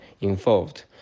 involved